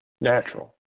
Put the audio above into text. natural